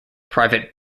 private